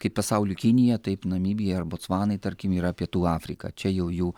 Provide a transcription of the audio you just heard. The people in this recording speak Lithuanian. kaip pasauliui kinija taip namibijai ar botsvanai tarkim yra pietų afrika čia jau jų